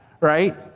right